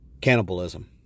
Cannibalism